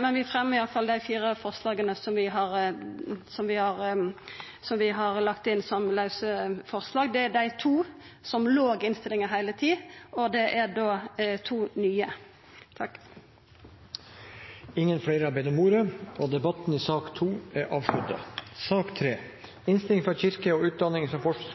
men vi fremjar iallfall dei fire forslaga som vi har lagt inn som lause forslag. Det er dei to som har lege i innstillinga heile tida, og det er to nye. Flere har ikke bedt om ordet til sak nr. 2. På vegne av